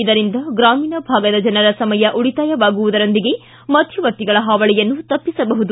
ಇದರಿಂದ ಗ್ರಾಮೀಣ ಭಾಗದ ಜನರ ಸಮಯ ಉಳಿತಾಯವಾಗುವುದರೊಂದಿಗೆ ಮಧ್ವವರ್ತಿಗಳ ಹಾವಳಿಯನ್ನು ತಪ್ಪಿಸಬಹುದು